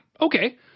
okay